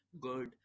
good